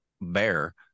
bear